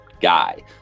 guy